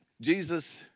Jesus